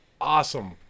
awesome